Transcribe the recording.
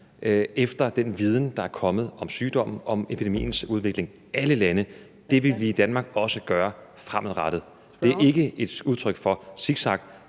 efter den viden, der er kommet om sygdommen og om epidemiens udvikling. Det gælder alle lande, og det vil vi i Danmark også gøre fremadrettet. Det er ikke et udtryk for zigzag,